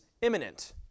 imminent